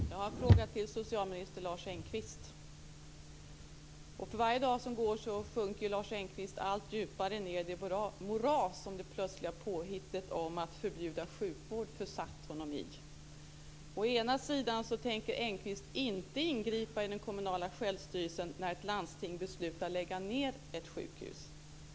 Fru talman! Jag har en fråga till socialminister Lars Engqvist. För varje dag som går sjunker Lars Engqvist allt djupare ned i det moras som det plötsliga påhittet att förbjuda sjukvård har försatt honom i. Å ena sidan tänker Engqvist inte ingripa i den kommunala självstyrelsen när ett landsting beslutar att lägga ned ett sjukhus.